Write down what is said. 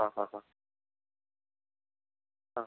ആ ഹ ഹ ആ